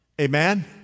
Amen